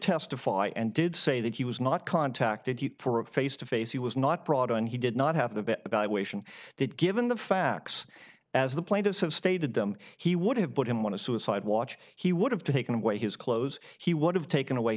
testify and did say that he was not contacted for a face to face he was not brought on he did not have a bit about that given the facts as the plaintiffs have stated them he would have put him on a suicide watch he would have taken away his clothes he would have taken away